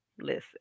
listen